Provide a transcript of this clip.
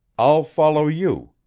i'll follow you,